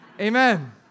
Amen